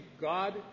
God